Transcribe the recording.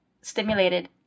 stimulated